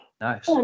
nice